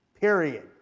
Period